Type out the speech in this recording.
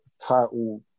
title